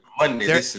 Monday